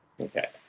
Okay